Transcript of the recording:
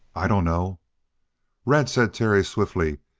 i dunno! red, said terry swiftly,